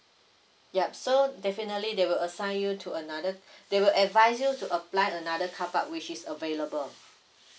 yup so definitely they will assign you to another they will advise you to apply another carpark which is available